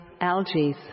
algae